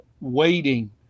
waiting